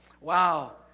Wow